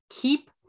Keep